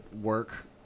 work